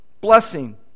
blessing